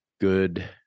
Good